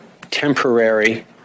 temporary